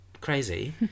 crazy